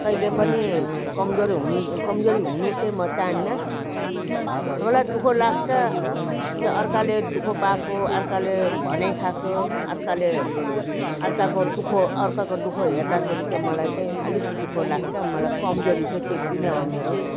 कहिले पनि कमजोर हुनु कमजोरी हुनु चाहिँ म चाहन्न मलाई दु ख लाग्छ त्यो अर्काले दु ख पाएको अर्काले भनाइ खाएको अर्काले अर्काको दुःख अर्काको दु ख हेर्दाखेरि चाहिँ मलाई चाहिँ अलिक दु ख लाग्छ मलाई कमजोरी चाहिँ त्यति नै हो मेरो